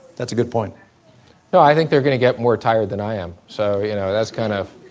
that's a good point no, i think they're going to get more tired than i am. so, you know, that's kind of